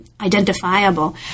identifiable